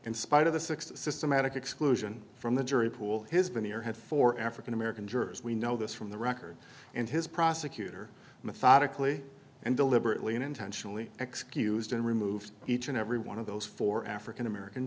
in spite of the six systematic exclusion from the jury pool has been your head for african american jurors we know this from the record and his prosecutor methodically and deliberately and intentionally excused and removed each and every one of those four african american